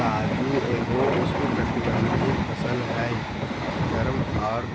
काजू एगो उष्णकटिबंधीय फसल हय, गर्म आर